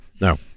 No